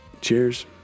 Cheers